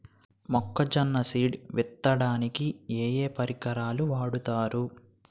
మొక్కజొన్న సీడ్ విత్తడానికి ఏ ఏ పరికరాలు వాడతారు?